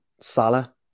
Salah